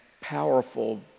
powerful